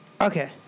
Okay